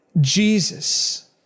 Jesus